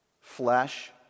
Flesh